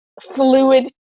Fluid